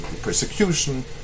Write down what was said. persecution